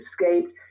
escaped